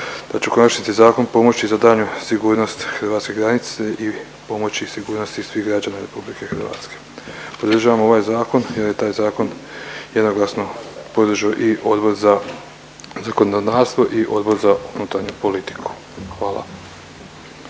će u konačnici zakon pomoći za daljnju sigurnost hrvatske granice i pomoći sigurnosti svih građana RH. Podržavamo ovaj zakon jer je taj zakon jednoglasno podržao i Odbor za zakonodavstvo i Odbor za unutarnju politiku. Hvala.